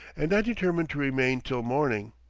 and i determine to remain till morning.